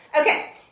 Okay